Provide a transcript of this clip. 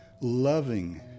loving